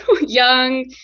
young